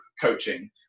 coaching